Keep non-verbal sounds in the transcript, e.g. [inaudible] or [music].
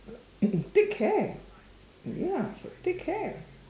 [coughs] thick hair ya thick hair